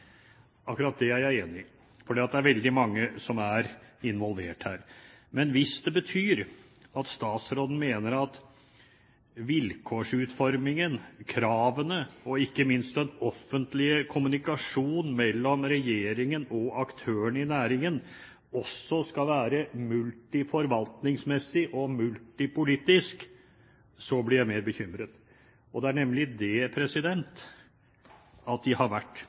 Akkurat det er jeg enig i, for det er veldig mange som er involvert her. Men hvis det betyr at statsråden mener at vilkårsutformingen, kravene, og ikke minst den offentlige kommunikasjon mellom regjeringen og aktørene i næringen også skal være multiforvaltningsmessig og multipolitisk, blir jeg mer bekymret. Det er nemlig det de har vært,